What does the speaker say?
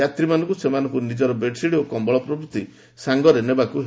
ଯାତ୍ରୀମାନଙ୍କୁ ସେମାନଙ୍କର ନିକର ବେଡ୍ସିଟ୍ ଓ କମ୍ବଳ ପ୍ରଭୂତି ସାଙ୍ଗରେ ନେବାକୁ ହେବ